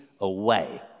away